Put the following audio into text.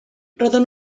roedden